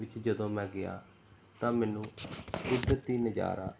ਵਿੱਚ ਜਦੋਂ ਮੈਂ ਗਿਆ ਤਾਂ ਮੈਨੂੰ ਕੁਦਰਤੀ ਨਜ਼ਾਰਾ